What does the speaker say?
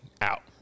out